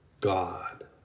God